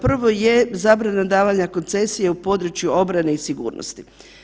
Prvo je zabrana davanja koncesije u području obrane i sigurnosti.